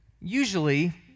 usually